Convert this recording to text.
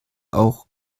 auch